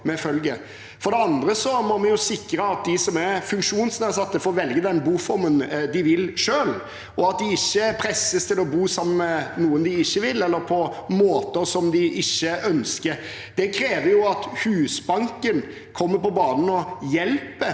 For det andre må vi sikre at de som har funksjonsnedsettelser, får velge den boformen de selv vil, og at de ikke presses til å bo sammen med noen de ikke vil bo med, eller til å bo på måter som de ikke ønsker. Det krever at Husbanken kommer på banen og hjelper